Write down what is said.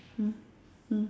hmm hmm